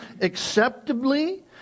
acceptably